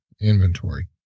inventory